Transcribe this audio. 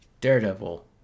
daredevil